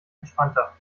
entspannter